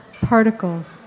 particles